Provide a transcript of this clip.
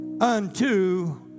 unto